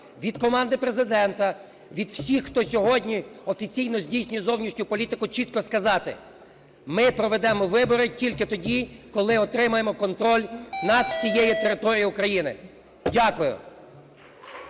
від команди Президента, від всіх, хто сьогодні офіційно здійснює зовнішню політику, чітко сказати: ми проведемо вибори тільки тоді, коли отримаємо контроль над всією територією України. Дякую.